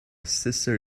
sister